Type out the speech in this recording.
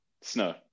Snow